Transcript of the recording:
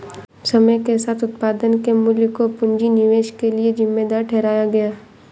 समय के साथ उत्पादन के मूल्य को पूंजी निवेश के लिए जिम्मेदार ठहराया गया